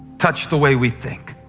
touch the way we think.